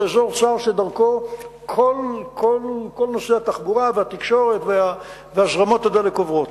זה אזור צר שדרכו כל התחבורה והתקשורת והזרמות הדלק עוברות.